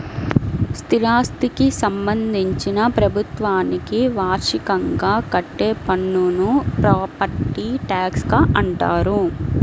స్థిరాస్థికి సంబంధించి ప్రభుత్వానికి వార్షికంగా కట్టే పన్నును ప్రాపర్టీ ట్యాక్స్గా అంటారు